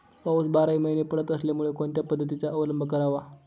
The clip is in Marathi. पाऊस बाराही महिने पडत असल्यामुळे कोणत्या पद्धतीचा अवलंब करावा?